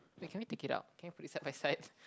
wait can we take it out can we put it side by side